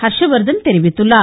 ஹர்ஷ்வர்த்தன் தெரிவித்துள்ளார்